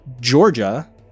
Georgia